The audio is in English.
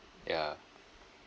yeah